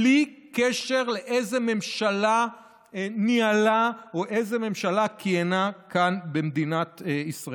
בלי קשר לאיזה ממשלה ניהלה או איזה ממשלה כיהנה כאן במדינת ישראל.